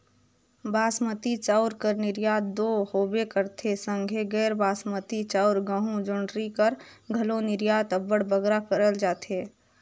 बासमती चाँउर कर निरयात दो होबे करथे संघे गैर बासमती चाउर, गहूँ, जोंढरी कर घलो निरयात अब्बड़ बगरा करल जाथे